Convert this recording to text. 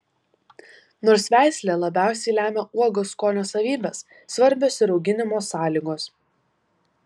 nors veislė labiausiai lemia uogos skonio savybes svarbios ir auginimo sąlygos